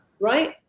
right